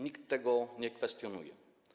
Nikt tego nie kwestionuje.